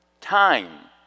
Time